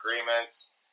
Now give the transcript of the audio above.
agreements